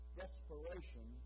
desperation